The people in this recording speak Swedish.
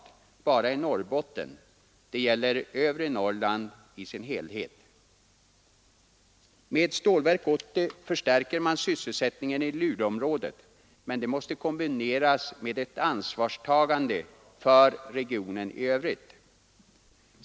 Det gäller inte bara Norrbotten utan övre Norrland i dess helhet. Med Stålverk 80 förstärker man sysselsättningen i Luleåområdet, men detta måste kombineras med ett ansvarstagande för regionen i övrigt.